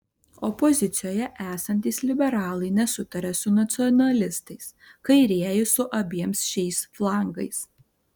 opozicijoje esantys liberalai nesutaria su nacionalistais kairieji su abiem šiais flangais